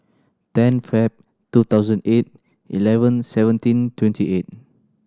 ten Feb two thousand eight eleven seventeen twenty eight